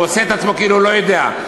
הוא עושה עצמו כאילו הוא לא יודע,